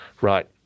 right